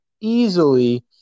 easily